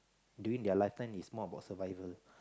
during their lifetime it's more about survival